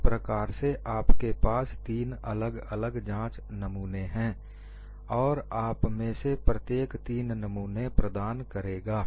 इस प्रकार से आपके पास तीन अलग अलग जांच नमूने हैं और आपमें से प्रत्येक तीन नमूने प्रदान करेगा